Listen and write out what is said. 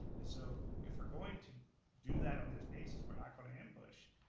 and so if we're going to do that on this basis, we're not gonna ambush,